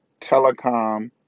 Telecom